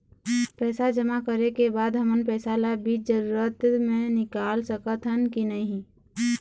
पैसा जमा करे के बाद हमन पैसा ला बीच जरूरत मे निकाल सकत हन की नहीं?